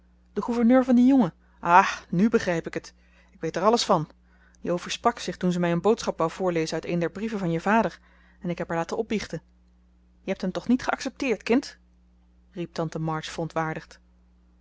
de gouverneur van dien jongen aha nu begrijp ik het ik weet er alles van jo versprak zich toen ze mij een boodschap wou voorlezen uit een der brieven van je vader en ik heb haar laten opbiechten je hebt hem toch niet geaccepteerd kind riep tante march verontwaardigd